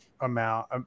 amount